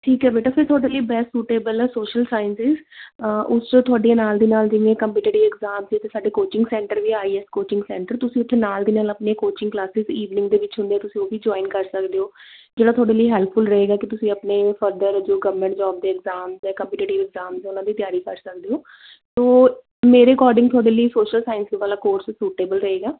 ਠੀਕ ਹੈ ਬੇਟਾ ਫਿਰ ਤੁਹਾਡੇ ਲਈ ਬੈਸਟ ਸੂਟੇਬਲ ਹੈ ਸੋਸ਼ਲ ਸਾਇੰਸਿਸ ਉਸ 'ਚ ਤੁਹਾਡੇ ਨਾਲ ਦੀ ਨਾਲ ਜਿਵੇਂ ਕੰਪੀਟੀਟਿਵ ਇੰਗਜ਼ਾਮ ਦੇ ਇੱਥੇ ਸਾਡੇ ਕੋਚਿੰਗ ਸੈਂਟਰ ਵੀ ਆਈ ਐੱਸ ਕੋਚਿੰਗ ਸੈਂਟਰ ਤੁਸੀਂ ਉੱਥੇ ਨਾਲ ਦੀ ਨਾਲ ਆਪਣੇ ਕੋਚਿੰਗ ਕਲਾਸਿਸ ਈਵਨਿੰਗ ਦੇ ਵਿੱਚ ਹੁੰਦੇ ਤੁਸੀਂ ਉਹ ਵੀ ਜੁਆਇਨ ਕਰ ਸਕਦੇ ਹੋ ਜਿਹੜਾ ਤੁਹਾਡੇ ਲਈ ਹੈਲਪਫੁੱਲ ਰਹੇਗਾ ਕਿ ਤੁਸੀਂ ਆਪਣੇ ਫਰਦਰ ਜੋ ਗਰਮੈਂਟ ਜੋਬ ਦੇ ਇੰਗਜ਼ਾਮ ਜਾਂ ਕੰਪੀਟੀਟਿਵ ਇੰਗਜ਼ਾਮਜ਼ ਹੈ ਉਹਨਾਂ ਦੀ ਤਿਆਰੀ ਕਰ ਸਕਦੇ ਹੋ ਤੋ ਮੇਰੇ ਅਕੋਡਿੰਗ ਤੁਹਾਡੇ ਲਈ ਸੋਸ਼ਲ ਸਾਇੰਸ ਵਾਲਾ ਕੋਰਸ ਸੂਟੇਬਲ ਰਹੇਗਾ